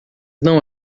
não